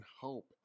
hope